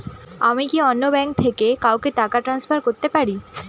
আমি কি অন্য ব্যাঙ্ক থেকে কাউকে টাকা ট্রান্সফার করতে পারি?